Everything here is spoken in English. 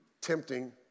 Tempting